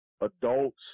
adults